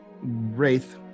wraith